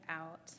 out